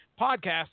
podcast